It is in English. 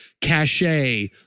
Cachet